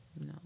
No